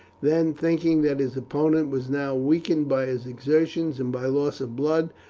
then, thinking that his opponent was now weakened by his exertions and by loss of blood,